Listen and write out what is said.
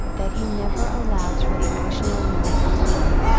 that he never allows for the actual amount of time,